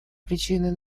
причиной